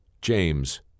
James